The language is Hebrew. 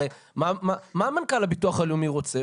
הרי מה מנכ"ל הביטוח הלאומי רוצה?